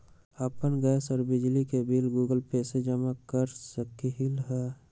अपन गैस और बिजली के बिल गूगल पे से जमा कर सकलीहल?